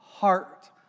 Heart